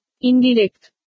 Indirect